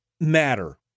matter